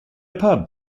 pub